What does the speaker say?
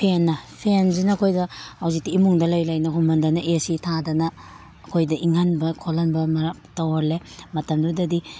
ꯐꯦꯟꯅ ꯐꯦꯟꯁꯤꯅ ꯑꯩꯈꯣꯏꯗ ꯍꯧꯖꯤꯛꯇꯤ ꯏꯃꯨꯡꯗ ꯂꯩ ꯂꯩꯅ ꯍꯨꯝꯃꯟꯗꯅ ꯑꯦ ꯁꯤ ꯊꯥꯗꯅ ꯑꯩꯈꯣꯏꯗ ꯏꯪꯍꯟꯕ ꯈꯣꯠꯍꯟꯕ ꯇꯧꯍꯜꯂꯦ ꯃꯇꯝꯗꯨꯗꯗꯤ